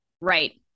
right